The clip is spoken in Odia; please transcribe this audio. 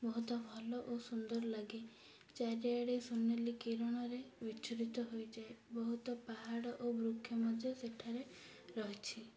ବହୁତ ଭଲ ଓ ସୁନ୍ଦର ଲାଗେ ଚାରିଆଡ଼େ ସୁନେଲି କିରଣରେ ବିଛୁରିତ ହୋଇଯାଏ ବହୁତ ପାହାଡ଼ ଓ ବୃକ୍ଷ ମଧ୍ୟ ସେଠାରେ ରହିଛି